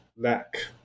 lack